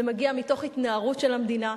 זה מגיע מתוך התנערות של המדינה,